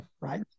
Right